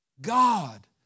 God